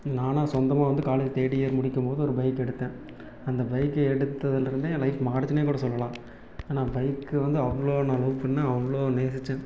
நானாக சொந்தமாக வந்து காலேஜ் தேர்ட் இயர் முடிக்கும்போது ஒரு பைக் எடுத்தேன் அந்த பைக் எடுத்ததுலேருந்து தான் என் லைஃப் மாறுச்சுனேக் கூட சொல்லலாம் ஏன்னா பைக் வந்து அவ்வளோ நான் லவ் பண்ணேன் அவ்வளோ நேசித்தேன்